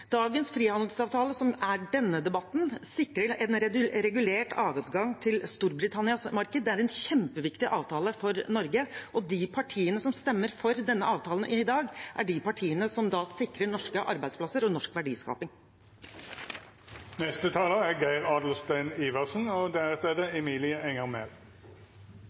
Dagens frihandelsavtale, som er denne debatten, sikrer en regulert adgang til Storbritannias marked. Det er en kjempeviktig avtale for Norge, og de partiene som stemmer for denne avtalen i dag, er de partiene som da sikrer norske arbeidsplasser og norsk verdiskaping. Jeg har sittet og fulgt litt med. Jeg må jo si at det